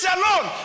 alone